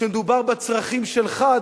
כשמדובר בצרכים שלך,